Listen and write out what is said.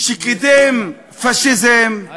שקידם פאשיזם, שכבש,